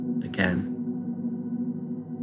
Again